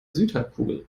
südhalbkugel